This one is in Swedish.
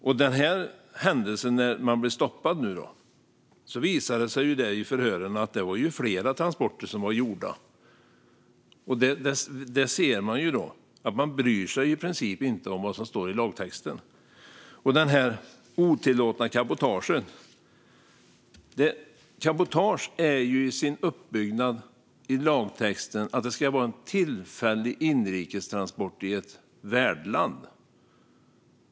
När det gäller händelsen då man blev stoppad visade det sig i förhören att det var flera transporter som var gjorda. Därmed ser vi att man i princip inte bryr sig om vad som står i lagtexten. När det handlar om det otillåtna cabotaget är ju cabotage i sin uppbyggnad enligt lagtexten en tillfällig inrikes transport i ett värdland.